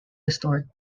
restored